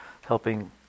helping